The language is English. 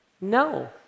No